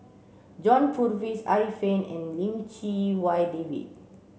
John Purvis Arifin and Lim Chee Wai David